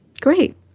Great